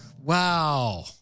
Wow